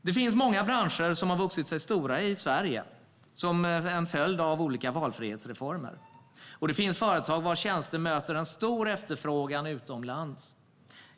Det finns många branscher som vuxit sig stora i Sverige som en följd av olika valfrihetsreformer. Det finns företag vilkas tjänster möter stor efterfrågan utomlands.